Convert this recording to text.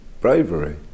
bravery